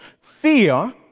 fear